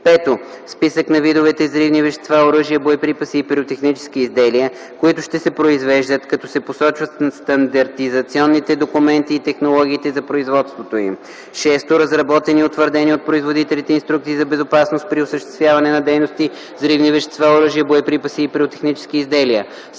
5. списък на видовете взривни вещества, оръжия, боеприпаси и пиротехнически изделия, които ще се произвеждат, като се посочват стандартизационните документи и технологиите за производството им; 6. разработени и утвърдени от производителите инструкции за безопасност при осъществяване на дейности с взривни вещества, оръжия, боеприпаси и пиротехнически изделия;